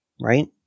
right